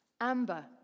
Amber